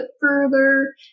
further